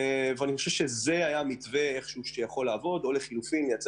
אני חושב שזה היה מתווה שיכול לעבוד או לחילופין ייצור